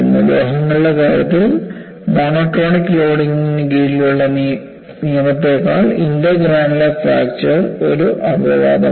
ലോഹങ്ങളുടെ കാര്യത്തിൽ മോണോടോണിക് ലോഡിംഗിന് കീഴിലുള്ള നിയമത്തേക്കാൾ ഇന്റർഗ്രാനുലർ ഫ്രാക്ചർ ഒരു അപവാദമാണ്